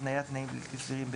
התניית תנאים בלתי סבירים,